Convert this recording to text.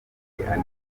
anitha